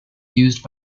used